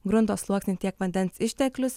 grunto sluoksnį tiek vandens išteklius